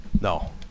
No